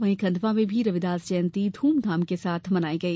वहीं खंडवा में भी रविदास जयंती धूमधाम से मनाई गई